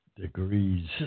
Degrees